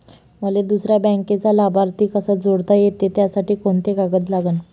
मले दुसऱ्या बँकेचा लाभार्थी कसा जोडता येते, त्यासाठी कोंते कागद लागन?